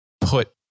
put